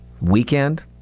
weekend